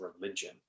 religion